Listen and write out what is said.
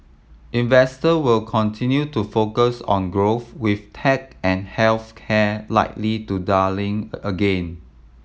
investors will continue to focus on growth with tech and health care likely darling again